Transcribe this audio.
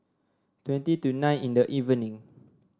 twenty to nine in the evening